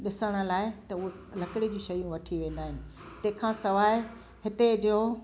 ॾिसण लाइ त हू लकिड़े जी शयूं वठी वेंदा आहिनि तंहिं खां सवाइ हिते जो